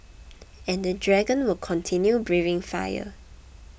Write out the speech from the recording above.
and the dragon will continue breathing fire